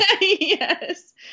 Yes